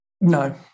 no